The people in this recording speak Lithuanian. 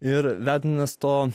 ir vedinas to